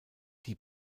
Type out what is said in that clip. die